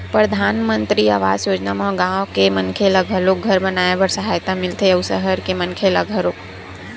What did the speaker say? परधानमंतरी आवास योजना म गाँव के मनखे ल घलो घर बनाए बर सहायता मिलथे अउ सहर के मनखे ल घलो